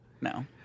no